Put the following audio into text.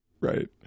right